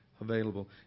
available